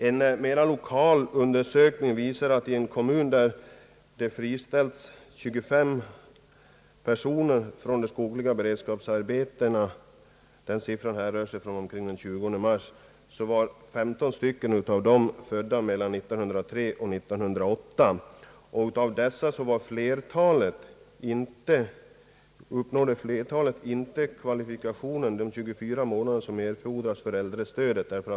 En mera lokal undersökning visar att i en kommun där 25 personer friställdes från de skogliga beredskapsarbetena siffran härrör sig från omkring den 20 mars — var 15 födda mellan 1903 och 1908. Av dessa var flertalet inte kvalificerade för äldrestödet.